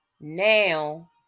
now